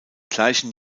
gleichen